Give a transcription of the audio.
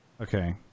Okay